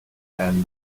and